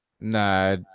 Nah